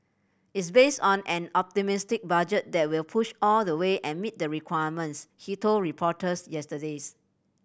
is based on an optimistic budget that will push all the way and meet the requirements he told reporters yesterdays